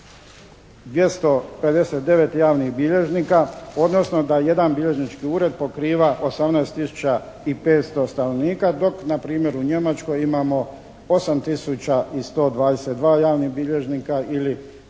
259 javnih bilježnika odnosno da jedan bilježnički ured pokriva 18 tisuća i 500 stanovnika dok na primjer u Njemačkoj imamo 8 tisuća i 122 javnih bilježnika ili